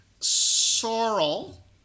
Sorrel